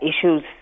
Issues